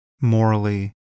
morally